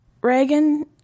Reagan